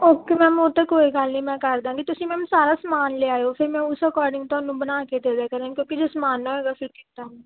okay ma'am ਉਹ ਤਾਂ ਕੋਈ ਗੱਲ ਨਹੀਂ ਮੈਂ ਕਰਦਾ ਕਿ ਤੁਸੀਂ ਮੈਮ ਸਾਰਾ ਸਮਾਨ ਲਿਆਓ ਫਿਰ ਮੈਂ ਉਸ ਅਕੋਰਡਿੰਗ ਤੁਹਾਨੂੰ ਬਣਾ ਕੇ ਦੇ ਦਿਆ ਕਰਾਂਗੀ ਕਿਉਂਕਿ ਜੇ ਸਮਾਨ ਨਾ ਹੋਇਆ ਫਿਰ ਕਿੱਦਾਂ